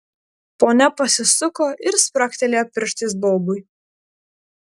ponia pasisuko ir spragtelėjo pirštais baubui